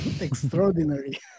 Extraordinary